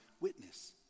witness